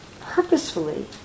purposefully